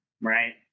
Right